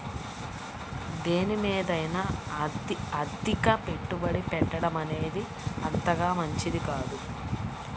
దేనిమీదైనా అతిగా పెట్టుబడి పెట్టడమనేది అంతగా మంచిది కాదు